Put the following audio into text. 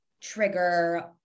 trigger